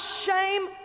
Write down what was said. shame